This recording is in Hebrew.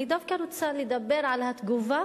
אני דווקא רוצה לדבר על התגובה